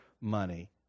money